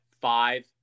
five